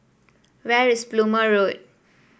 where is Plumer Road